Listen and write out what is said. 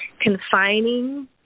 confining